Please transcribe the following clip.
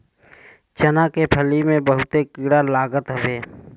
चना के फली में बहुते कीड़ा लागत हवे